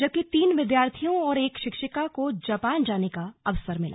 जबकि तीन विद्यार्थियों और एक शिक्षिका को जापान जाने का अवसर मिला